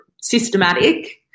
systematic